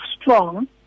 strong